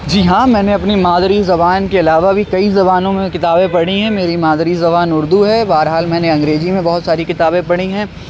جی ہاں میں نے اپنی مادری زبان کے علاوہ بھی کئی زبانوں میں کتابیں پڑھی ہیں میری مادری زبان اردو ہے بہرحال میں نے انگریزی میں بہت ساری کتابیں پڑھی ہیں